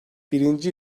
birinci